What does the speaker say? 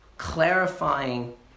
Clarifying